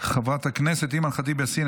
חברת הכנסת אימאן ח'טיב יאסין,